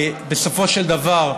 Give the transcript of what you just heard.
בסופו של דבר,